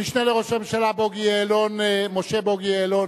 המשנה לראש הממשלה משה בוגי יעלון